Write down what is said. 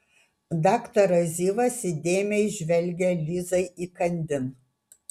daktaras zivas įdėmiai žvelgė lizai įkandin